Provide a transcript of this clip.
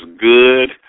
good